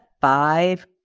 five